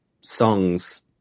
songs